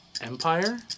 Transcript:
Empire